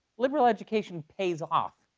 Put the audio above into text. liberal education pays off,